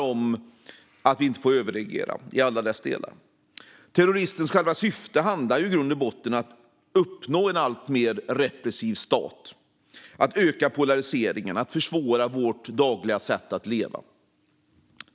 Vi får inte överreagera. Terroristens själva syfte är i grund och botten att uppnå en alltmer repressiv stat, öka polariseringen och försvåra vårt dagliga sätt att leva.